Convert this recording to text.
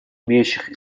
имеющих